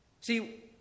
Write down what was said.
See